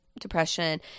Depression